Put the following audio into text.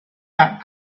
that